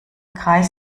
kreis